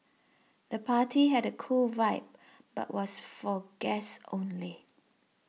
the party had a cool vibe but was for guests only